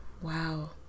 Wow